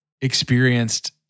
experienced